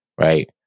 right